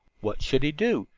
what should he do?